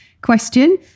question